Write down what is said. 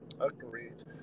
Agreed